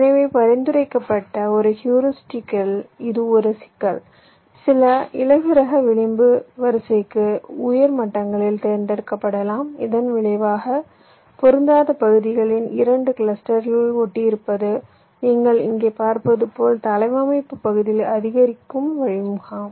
எனவே பரிந்துரைக்கப்பட்ட ஒரு ஹூரிஸ்டிக் இல் இது ஒரு சிக்கல் சில இலகுரக விளிம்புகள் வரிசைக்கு உயர் மட்டங்களில் தேர்ந்தெடுக்கப்படலாம் இதன் விளைவாக பொருந்தாத பகுதிகளின் இரண்டு கிளஸ்டர்களை ஒட்டியிருப்பது நீங்கள் இங்கே பார்ப்பது போல் தளவமைப்பு பகுதியில் அதிகரிப்புக்கு வழிவகுக்கும்